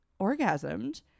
orgasmed